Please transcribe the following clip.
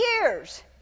years